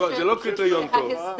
זה לא קריטריון טוב.